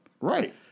Right